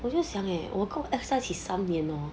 我就想 eh 我跟我的 ex 三年 hor